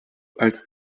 als